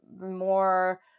more